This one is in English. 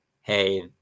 hey